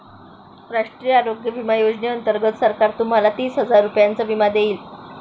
राष्ट्रीय आरोग्य विमा योजनेअंतर्गत सरकार तुम्हाला तीस हजार रुपयांचा विमा देईल